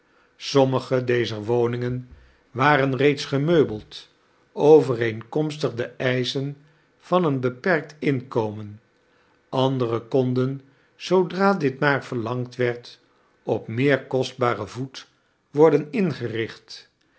somtaage dezar woningen waren reeds geraeubeld overeenkomstag de eischen van een beperkt inkamen andere konden zoodra dit maar verlangd weird op meer kostbaren voet worden ingericht